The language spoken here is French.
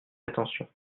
attention